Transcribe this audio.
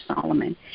Solomon